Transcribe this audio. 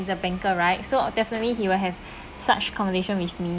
is a banker right so definitely he will have such conversation with me